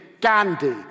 Gandhi